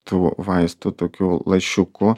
tų vaistų tokių lašiukų